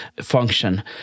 function